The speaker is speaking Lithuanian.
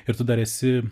ir tu dar esi